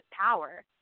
power